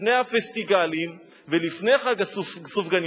לפני הפסטיבלים, ולפני חג הסופגניות.